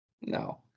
No